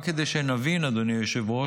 רק כדי שנבין, אדוני היושב-ראש: